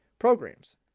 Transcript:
programs